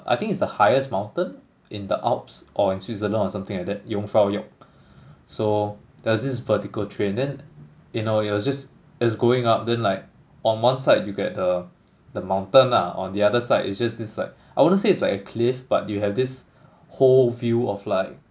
I think it's the highest mountain in the alps or in Switzerland or something like that jungfraujoch so there was this vertical train then you know it was just it's going up then like on one side you get the the mountain lah on the other side it's just this like I wouldn't say it's like a cliff but you have this whole view of like